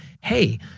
hey